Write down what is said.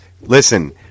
listen